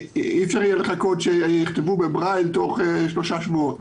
אפשר יהיה לחכות שיכתבו בברייל תוך שלושה שבועות